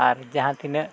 ᱟᱨ ᱡᱟᱦᱟᱛᱤᱱᱟᱹᱜ